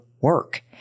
work